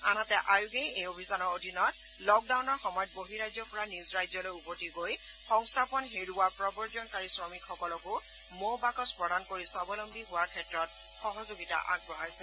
আনহাতে আয়োগে এই অভিযানৰ অধীনত লক ডাউনৰ সময়ত বহিঃৰাজ্যৰ পৰা নিজ ৰাজ্যলৈ উভতি গৈ সংস্থাপন হেৰুওৱা প্ৰৱজনকাৰী শ্ৰমিকসকলকো মৌবাকচ প্ৰদান কৰি স্বাৱলমী হোৱাৰ ক্ষেত্ৰত সহযোগিতা আগবঢ়াইছে